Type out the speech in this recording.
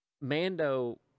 Mando